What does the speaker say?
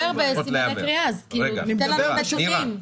תן לנו נתונים.